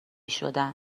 شدن